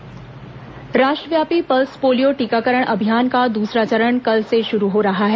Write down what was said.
pulse polio अभियान राष्ट्रव्यापी pulse polio टीकाकरण अभियान का दूसरा चरण कल से शुरू हो रहा है